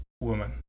woman